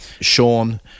Sean